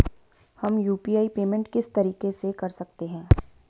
हम UPI payment किस तरीके से कर सकते हैं?